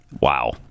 Wow